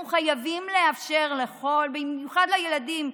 אנחנו חייבים לאפשר לכול, במיוחד לילדים,